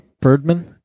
Birdman